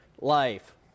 life